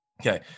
Okay